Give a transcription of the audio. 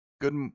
Good